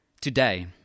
today